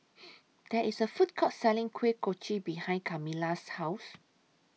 There IS A Food Court Selling Kuih Kochi behind Kamilah's House